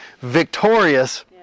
victorious